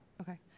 okay